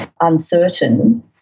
uncertain